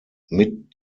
mit